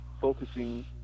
focusing